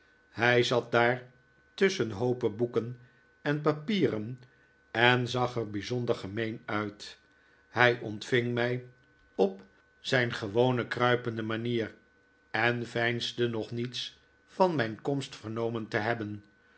hij zat daar tusschen hoopen boeken en papieren en zag er bijzonder gemeen uit hij ontving mij op zijn gewone kruipende manier en veinsde nog niets van mijn komst vernomen te hebben